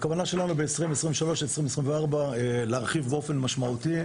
הכוונה שלנו היא ב-2023-2024 להרחיב באופן משמעותי.